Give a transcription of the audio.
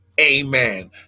Amen